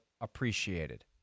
appreciated